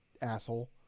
asshole